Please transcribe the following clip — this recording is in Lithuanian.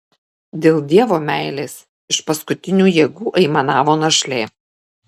dėl dievo meilės iš paskutinių jėgų aimanavo našlė